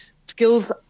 skills